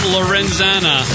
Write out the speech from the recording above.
Lorenzana